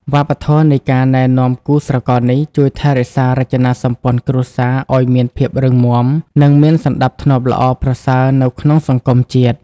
វប្បធម៌នៃការណែនាំគូស្រករនេះ ជួយថែរក្សារចនាសម្ព័ន្ធគ្រួសារឱ្យមានភាពរឹងមាំ និងមានសណ្តាប់ធ្នាប់ល្អប្រសើរនៅក្នុងសង្គមជាតិ។